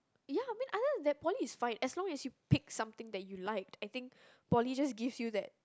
ya I mean other than that poly is fine as long as you pick something that you liked I think poly just gives you that